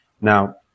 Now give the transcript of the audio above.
Now